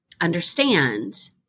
Understand